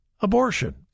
abortion